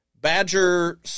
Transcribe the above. Badger